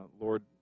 Lord